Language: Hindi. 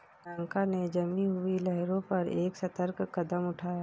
बियांका ने जमी हुई लहरों पर एक सतर्क कदम उठाया